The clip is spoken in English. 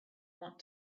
want